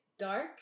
dark